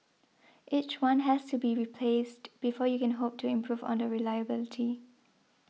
each one has to be replaced before you can hope to improve on the reliability